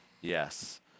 yes